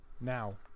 Now